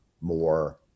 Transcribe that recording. more